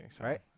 Right